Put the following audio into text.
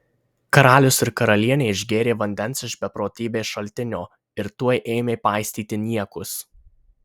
karalius ir karalienė išgėrė vandens iš beprotybės šaltinio ir tuoj ėmė paistyti niekus